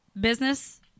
Business